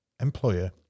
employer